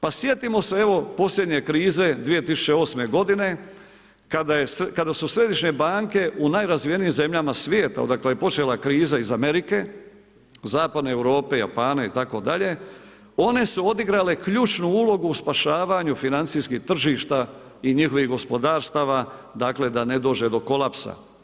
Pa sjetimo se evo posljednje krize 2008. godine kada su središnje banke u najrazvijenijim zemljama svijeta odakle je počela kriza iz Amerike, Zapadne Europe, Japana itd., one su odigrale ključnu ulogu u spašavanju financijskih tržišta i njihovih gospodarstava da ne dođe do kolapsa.